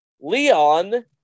Leon